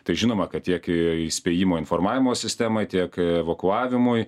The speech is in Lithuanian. tai žinoma kad tiek įspėjimo informavimo sistemai tiek evakuavimui